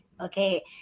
okay